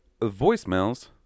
voicemails